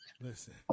listen